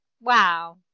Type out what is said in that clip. wow